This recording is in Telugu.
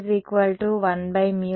విద్యార్థి మనం కనుగొనగలము